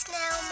now